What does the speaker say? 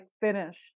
finished